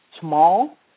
small